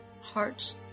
hearts